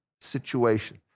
situation